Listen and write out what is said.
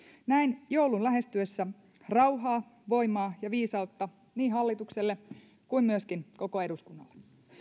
näin joulun lähestyessä rauhaa voimaa ja viisautta niin hallitukselle kuin myöskin koko eduskunnalle